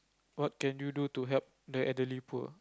what can you do to help the elderly poor